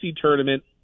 tournament